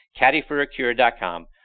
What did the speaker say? caddyforacure.com